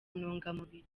ntungamubiri